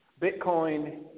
Bitcoin